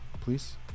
please